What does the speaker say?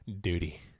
Duty